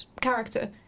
character